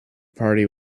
party